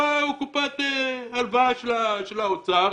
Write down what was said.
קופת הלוואה של האוצר,